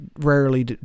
rarely